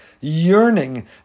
yearning